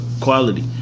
quality